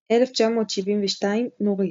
1972 – נורית